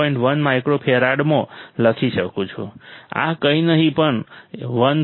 1 માઇક્રોફેરાડમાં લખી શકું છું આ કંઈ નહીં પણ 159